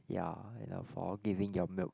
ya and for giving your milk